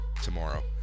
tomorrow